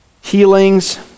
healings